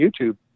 YouTube